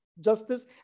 justice